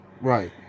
Right